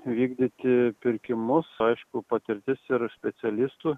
vykdyti pirkimus aišku patirtis ir specialistų